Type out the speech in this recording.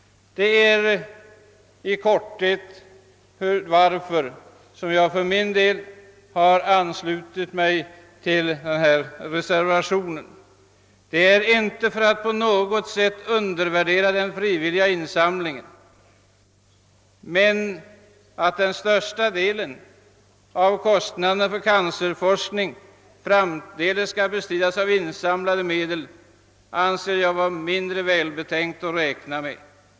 Detta är, herr talman, i korthet skälet till att jag anslutit mig till reservationen. Jag vill inte på något sätt undervärdera den frivilliga insamlingen, men att den största delen av kostnaderna för cancerforskningen framdeles skall bestridas av insamlade medel an ser jag vara mindre välbetänkt att räkna med.